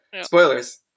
Spoilers